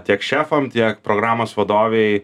tiek šefam tiek programos vadovei